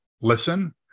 listen